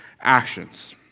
actions